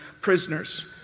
prisoners